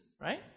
right